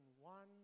one